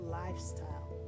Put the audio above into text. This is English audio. lifestyle